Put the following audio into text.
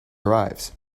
arrives